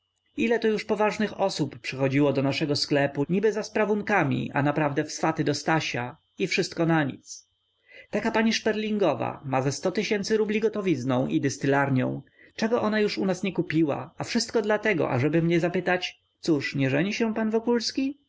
niestety ileto już poważnych osób przychodziło do naszego sklepu niby za sprawunkami a naprawdę w swaty do stasia i wszystko na nic taka pani szperlingowa ma ze sto tysięcy rubli gotowizną i dystylarnią czego ona już nie kupiła u nas a wszystko dlatego ażeby mnie zapytać cóż nie żeni się pan wokulski